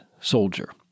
soldier